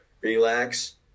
Relax